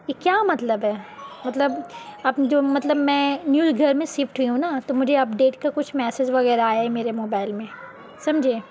یہ کیا مطلب ہے مطلب اب جو مطلب میں نیوز گھر میں شفٹ ہوئی ہوں نا تو مجھے اپ ڈیٹ کا کچھ میسج وغیرہ آئے ہے میرے موبائل میں سمجھے